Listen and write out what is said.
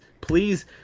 please